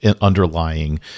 underlying